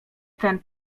ten